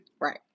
Right